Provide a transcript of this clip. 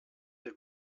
der